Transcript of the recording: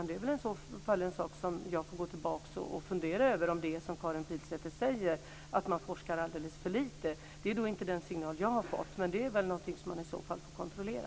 Det är väl i så fall en sak som jag får gå tillbaka och fundera över om det är som Karin Pilsäter säger, alltså att man forskar alldeles för lite. Det är inte den signal som jag har fått, men det är väl något som man i så fall får kontrollera.